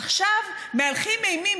עכשיו "מהלכים אימים",